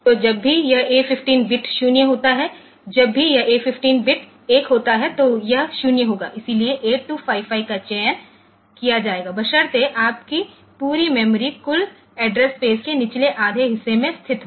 तो जब भी यह A 15 बिट 0 होता है जब भी यह A 15 बिट 1 होता है तो यह 0 होगा इसलिए 8255 का चयन किया जाएगा बशर्ते आपकी पूरी मेमोरी कुल एड्रेस स्पेस के निचले आधे हिस्से में स्थित हो